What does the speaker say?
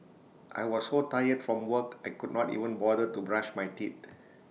I was so tired from work I could not even bother to brush my teeth